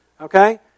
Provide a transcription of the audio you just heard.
okay